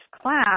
class